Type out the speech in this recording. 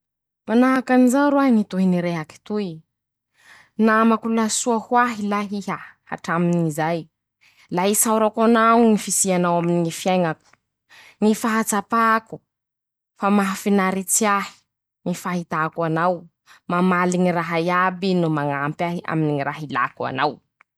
Manahaky anizao roahy ñy tohiny rehaky toy: -"Namako la soa ho ahy lahy iha ,hatramin'izay ,la isaorako anao ñy fisianao aminy ñy fiaiñako ,ñy fahatsapako fa mahafinaritsy ahy ñy fahitàko anao ,mamaly ñy raha iaby no mañampy ahy aminy ñy raha ilàko anao".